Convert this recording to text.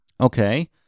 Okay